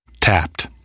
Tapped